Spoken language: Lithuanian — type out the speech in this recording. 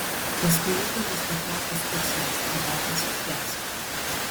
paskui ūždamas patraukė skersvėjis ir deglas užgeso